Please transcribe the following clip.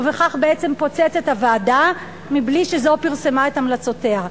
ובכך בעצם פוצץ את הוועדה מבלי שזו פרסמה את המלצותיה.